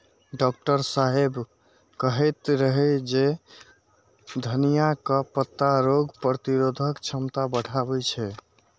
doctor साहेब कहैत रहै जे धनियाक पत्ता रोग प्रतिरोधक क्षमता बढ़बै छै